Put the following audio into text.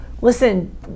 Listen